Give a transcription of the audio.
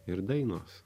ir dainos